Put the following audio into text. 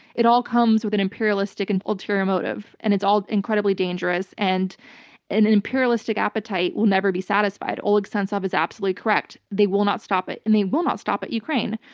it all comes with an imperialistic and ulterior motive and it's all incredibly dangerous. and an imperialistic appetite will never be satisfied. oleg sentsov is absolutely correct. they will not stop it and they will not stop at ukraine.